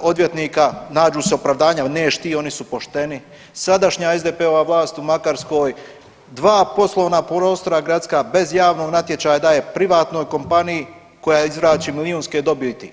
odvjetnika, nađu se opravdanja, nešt ti oni su pošteni, sadašnja SDP-ova vlast u Makarskoj, dva poslovna prostora gradska bez javnog natječaja daje privatnoj kompaniji koja izvlači milijunske dobiti.